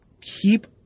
keep